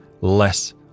less